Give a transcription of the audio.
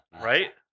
right